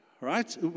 Right